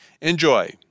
Enjoy